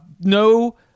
No